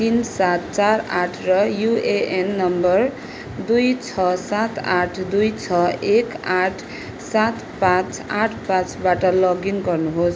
तिन सात चार आठ र युएएन नम्बर दुई छ सात आठ दुई छ एक आठ सात पाँच आठ पाँचबाट लगइन गर्नु होस्